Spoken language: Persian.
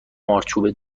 مارچوبه